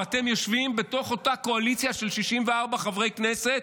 ואתם יושבים בתוך אותה קואליציה של 64 חברי כנסת,